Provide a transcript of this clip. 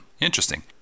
interesting